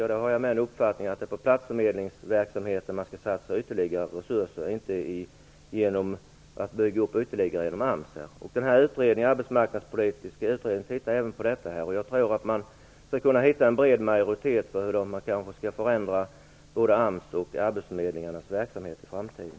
Jag har den uppfattningen att det är på platsförmedlingsverksamheten som man skall satsa ytterligare resurser och inte genom AMS. Den arbetsmarknadspolitiska utredningen tittar även på detta. Jag tror att man skall kunna hitta en bred majoritet för hur man skall kunna förändra både AMS och arbetsförmedlingarnas verksamhet i framtiden.